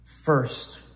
first